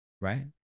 right